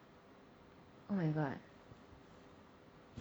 oh my god